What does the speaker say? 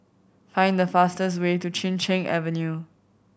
find the fastest way to Chin Cheng Avenue